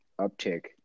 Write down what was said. uptick